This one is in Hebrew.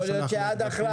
מה זה "אי-הבנה"?